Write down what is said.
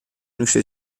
نوش